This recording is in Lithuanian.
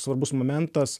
svarbus momentas